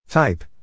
Type